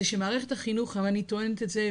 זה שמערכת החינוך - אני טוענת את זה,